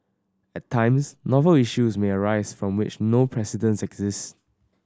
at times novel issues may arise from which no precedents exist